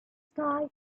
sky